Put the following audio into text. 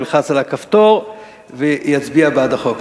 ילחץ על הכפתור ויצביע בעד החוק.